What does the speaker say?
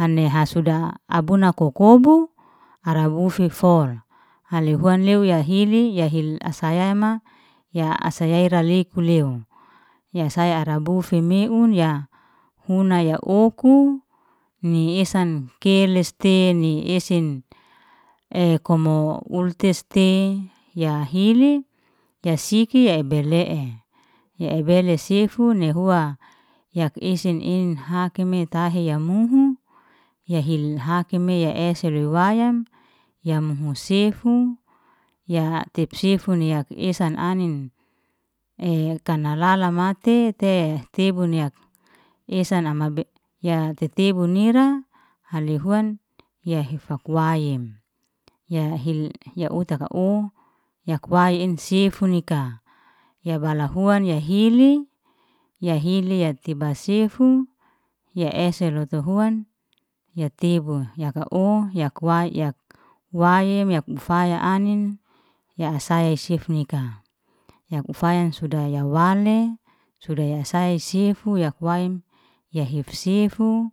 haneha suda abuna kokobu, ara ufe fol hale huan leo ya hili, ya hil asyaema ya asya aira leku leo, ya sai ara bufe meun ya huna ya oku, ni esan keleste, ni esen. Ei kumo ultes tei ya hili, ya siki ya ebele'e, ya ebele sifun neihua yak isin inha hakeme ya muhu, ya hil hakeme ya eselew wayam, ya muhu sefu ya tep sefu'ni yak esan anin, ei kanalala mate te tebun yak esan am abe ya tetebun ira, haley huan ya hifak kuwaim. Ya hil ya utaka u, yak wa'in sifun nika ya bala huan, ya hili ya hili ya teba sefu, ya esen lotu huan ya tebu, yaka u yak wai, yak waim yak faya anin, ya saya sif nika, ya ufaya suda ya wale suda ya sai sifu yak waim ya hif sifu. `